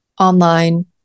online